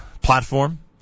platform